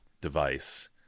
device